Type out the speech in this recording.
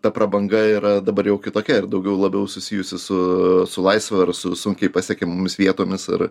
ta prabanga yra dabar jau kitokia ir daugiau labiau susijusi su su laisve ar su sunkiai pasiekiamomis vietomis ar